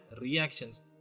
reactions